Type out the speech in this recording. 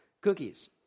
cookies